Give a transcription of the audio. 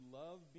love